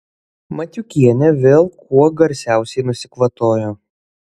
matiukienė vėl kuo garsiausiai nusikvatojo